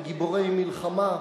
וגיבורי מלחמה,